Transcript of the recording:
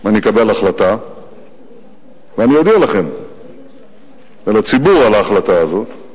אני אקבל החלטה ואני אודיע לכם ולציבור על ההחלטה הזאת.